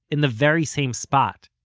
in the very same spot,